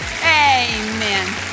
Amen